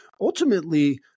ultimately